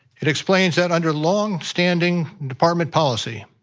it explains that under long standing department policy.